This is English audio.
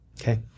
Okay